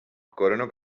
coronó